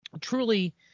Truly